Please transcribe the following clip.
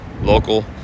local